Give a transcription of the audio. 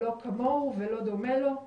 לא כמוהו ולא דומה לו,